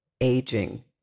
Aging